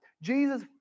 Jesus